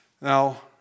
Now